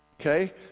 okay